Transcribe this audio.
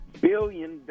billion